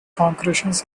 concretions